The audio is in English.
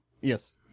Yes